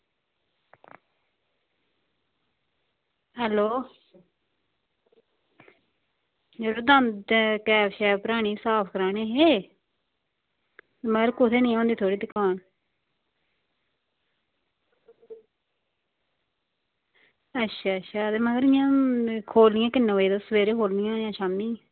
hello यरो दंद टैब शैब भरानी साफ कराने हे महाराज कुत्थें नेह् होंदी थुआढ़ी दकान अच्छा अच्छा ते मतलब इ'यां खोलनी किन्ने तुस सवेरे खोलनी जां शाम्मी